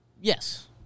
Yes